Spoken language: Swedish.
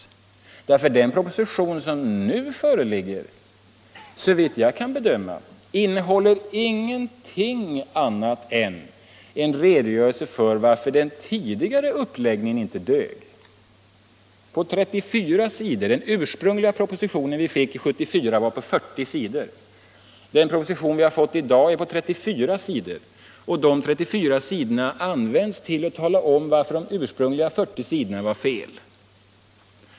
Ty såvitt jag kan bedöma innehåller den proposition som nu föreligger ingenting annat på sina 34 sidor än en redogörelse för varför den tidigare uppläggningen inte dög. Den ursprungliga propositionen, som vi fick 1974, var på 40 sidor. Den proposition som vi nu har fått har som sagt använts till att tala om varför de ursprungliga 40 sidorna var fel.